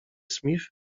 smith